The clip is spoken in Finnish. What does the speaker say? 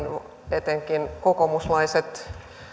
etenkin kokoomuslaiset